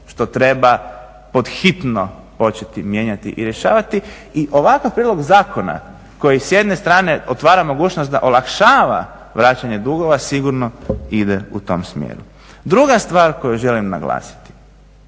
što treba pod hitno početi mijenjati i rješavati. I ovakav prijedlog zakona koji s jedne strane otvara mogućnost da olakšava vraćanje dugova sigurno ide u tom smjeru. Druga stvar koju želim naglasiti